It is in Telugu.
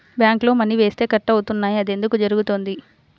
బ్యాంక్లో మని వేస్తే కట్ అవుతున్నాయి అది ఎందుకు జరుగుతోంది?